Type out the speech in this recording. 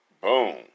Boom